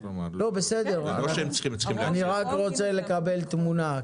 בסדר --- זה לא שהם צריכים --- אני רק רוצה לקבל תמונה.